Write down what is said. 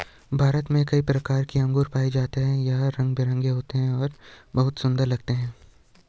भारत में कई प्रकार के अंगूर पाए जाते हैं यह रंग बिरंगे होते हैं और बहुत सुंदर लगते हैं